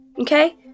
Okay